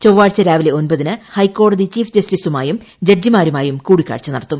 ചൊവ്വാഴ്ച രാവിലെ ഒൻപതിന് ഹൈക്കോടതി ചീഫ് ജസ്റ്റിസുമായും ജഡ്ജിമാരുമായും കൂടിക്കാഴ്ച നടത്തും